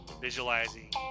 visualizing